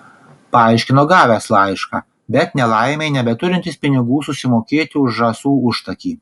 paaiškino gavęs laišką bet nelaimei nebeturintis pinigų susimokėti už žąsų užtakį